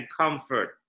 comfort